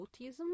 autism